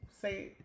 say